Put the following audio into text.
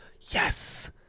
Yes